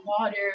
water